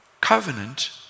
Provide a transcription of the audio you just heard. covenant